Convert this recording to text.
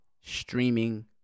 streaming